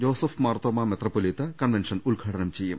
Joseph Marthoma മെത്രാപ്പൊലീത്ത convention ഉദ്ഘാടനം ചെയ്യും